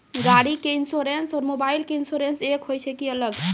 गाड़ी के इंश्योरेंस और मोबाइल के इंश्योरेंस एक होय छै कि अलग?